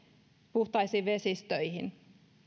puhtaisiin vesistöihin